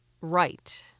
right